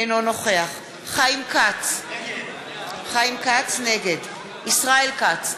אינו נוכח חיים כץ, נגד ישראל כץ,